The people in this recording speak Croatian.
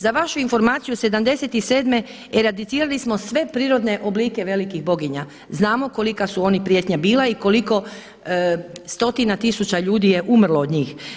Za vašu informaciju '77. eradicirali smo sve prirodne oblike velikih boginja, znamo kolika su oni prijetnja bila i koliko stotina tisuća ljudi je umrlo od njih.